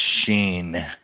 machine